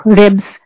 ribs